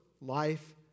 life